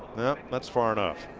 that's far enough.